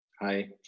Hi